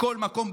בכל מקום,